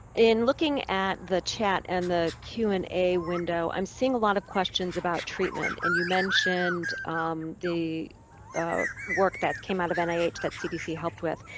in looking at the chat and the q and a window, i'm seeing a lot of questions about treatment and you mentioned the work that came out of and nih that cdc helped with.